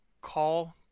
call